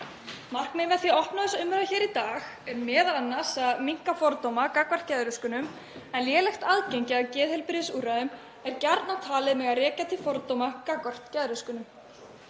Markmiðið með því að opna þessa umræðu hér í dag er m.a. að minnka fordóma gagnvart geðröskunum, en lélegt aðgengi að geðheilbrigðisúrræðum er gjarnan talið mega rekja til fordóma gagnvart geðröskunum.